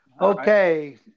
Okay